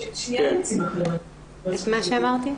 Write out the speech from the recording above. את מה שאמרתי?